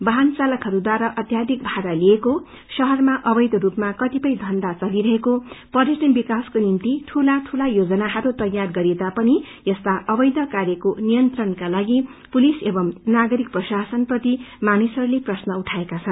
वाहन चालकहरूद्वारा अत्याधिक भाड़ा लिएको शहरमा अवेधरूपमा कतिपय धन्या चलिरहेको पर्यटन विकासको निम्ति दूला दूला योजनाहरू तैयार गरिएता पनि यस्ता अवैध कार्यको नियंत्रषका लागि पुलिस एंव नागरिक प्रशासन प्रति मानिसहरूले प्रश्न उठाएका छन्